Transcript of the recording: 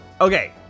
Okay